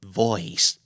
voice